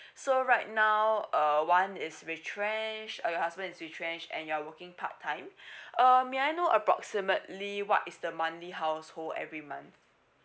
so right now uh one is retrench uh your husband is retrench and you are working part time um may I know approximately what is the monthly household every month